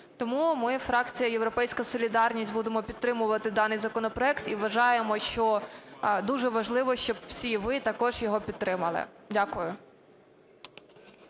Тому ми, фракція "Європейська солідарність", будемо підтримувати даний законопроект. І вважаємо, що дуже важливо, щоб всі ви також його підтримали. Дякую.